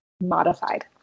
modified